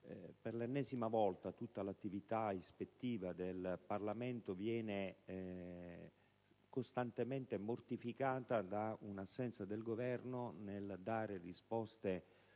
Per l'ennesima volta, tutta l'attività ispettiva del Parlamento viene costantemente mortificata da un'assenza del Governo nel dare risposte